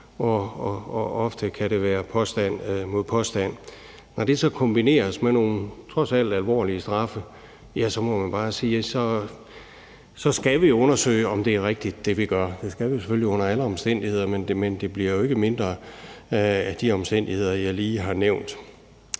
og ofte kan det være påstand mod påstand. Når det så kombineres med nogle trods alt alvorlige straffe, må man bare sige, at så skal vi undersøge, om det, vi gør, er rigtigt. Det skal vi selvfølgelig under alle omstændigheder, men det bliver jo ikke mindre af de omstændigheder, jeg lige har nævnt.